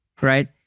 right